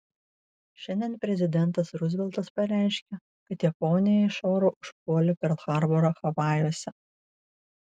šiandien prezidentas ruzveltas pareiškė kad japonija iš oro užpuolė perl harborą havajuose